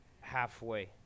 halfway